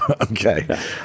Okay